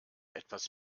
etwas